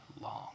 long